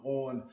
on